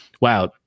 wow